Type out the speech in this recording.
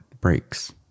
breaks